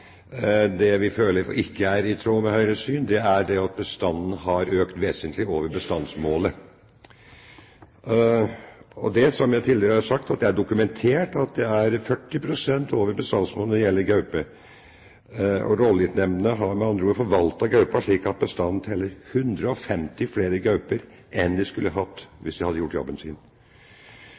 Det vi føler ikke er i tråd med Høyres syn, er at bestanden har økt vesentlig over bestandsmålet. Som jeg tidligere har sagt, er det dokumentert at gaupebestanden ligger 40 pst. over bestandsmålene. Rovdyrnemndene har med andre ord forvaltet gaupen slik at bestanden teller 150 flere gauper enn det vi skulle hatt, hvis de hadde gjort jobben sin.